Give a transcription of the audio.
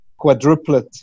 quadruplet